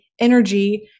energy